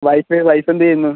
wife wife എന്ത് ചെയ്യുന്നു